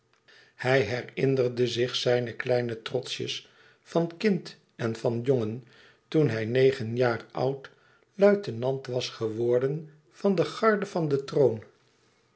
hij herinnerde zich zijne kleine trotsjes van kind en van jongen toen hij negen jaar oud luitenant was geworden van de garde van den troon